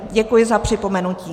Děkuji za připomenutí.